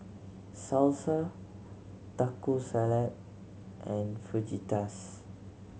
Salsa Taco Salad and Fajitas